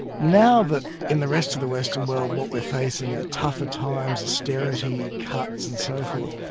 now that in the rest of the western world what we're facing are tougher times, austerity, cuts and so forth,